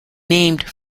named